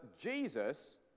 Jesus